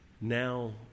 Now